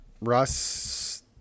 Russ